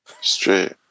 Straight